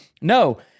No